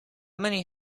many